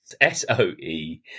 S-O-E